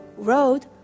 road